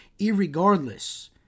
irregardless